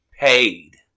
paid